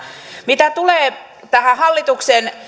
mitä tulee tähän hallituksen